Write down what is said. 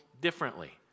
differently